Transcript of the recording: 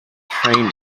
training